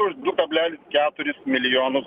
už du kablelis keturis milijonus